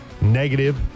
negative